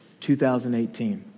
2018